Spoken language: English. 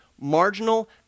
Marginal